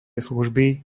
služby